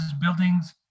Buildings